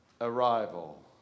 arrival